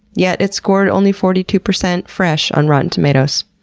yet it scored only forty two percent fresh on rotten tomatoes.